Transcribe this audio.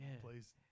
please